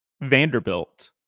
Vanderbilt